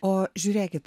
o žiūrėkit